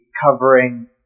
covering